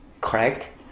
correct